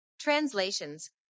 Translations